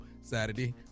Saturday